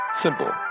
Simple